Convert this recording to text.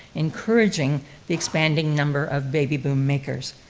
encouraging the expanding number of baby boom makers.